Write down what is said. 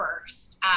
first